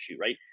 right